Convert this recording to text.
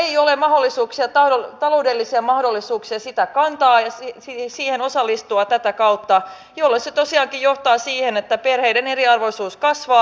kaikilla perheillä ei ole taloudellisia mahdollisuuksia sitä kantaa ja siihen osallistua tätä kautta jolloin se tosiaankin johtaa siihen että perheiden eriarvoisuus kasvaa